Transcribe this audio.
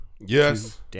Yes